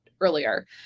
earlier